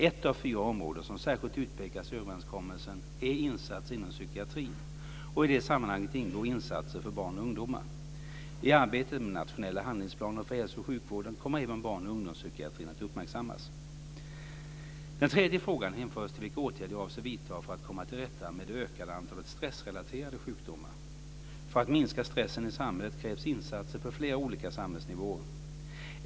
Ett av fyra områden som särskilt utpekas i överenskommelsen är insatser inom psykiatrin, och i det sammanhanget ingår insatser för barn och ungdomar. I arbetet med den nationella handlingsplanen för hälso och sjukvården kommer även barn och ungdomspsykiatrin att uppmärksammas. Den tredje frågan hänförs till vilka åtgärder jag avser vidta för att komma till rätta med det ökade antalet stressrelaterade sjukdomar. För att minska stressen i samhället krävs insatser på flera olika samhällsnivåer.